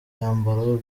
myambaro